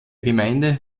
gemeinde